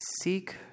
seek